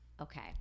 Okay